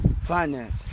finance